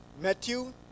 matthew